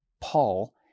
Paul